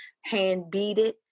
hand-beaded